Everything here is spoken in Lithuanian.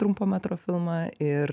trumpo metro filmą ir